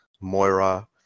Moira